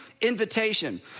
invitation